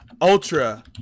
ultra